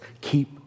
keep